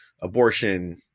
abortion